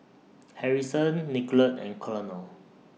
Harrison Nicolette and Colonel